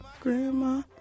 Grandma